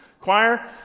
Choir